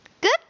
good